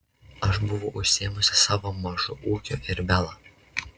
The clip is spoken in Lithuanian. aš buvau užsiėmusi savo mažu ūkiu ir bela